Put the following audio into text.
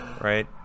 right